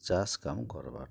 ଚାଷ୍ କାମ୍ କର୍ବାର୍ଟା